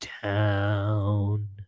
town